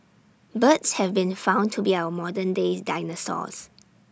birds have been found to be our modern days dinosaurs